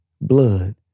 blood